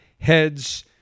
Heads